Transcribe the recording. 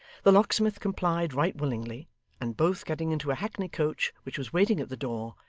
the locksmith complied right willingly and both getting into a hackney coach which was waiting at the door,